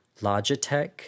Logitech